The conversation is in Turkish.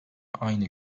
aynı